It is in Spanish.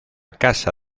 casa